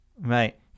Right